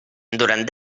durant